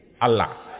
Allah